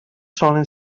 solen